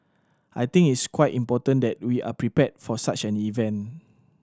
I think it's quite important that we are prepared for such an event